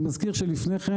אני מזכיר שלפני כן,